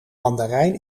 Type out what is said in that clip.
mandarijn